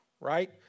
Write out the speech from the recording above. right